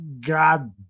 God